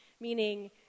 meaning